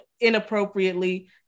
inappropriately